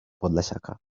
podlasiaka